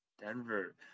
Denver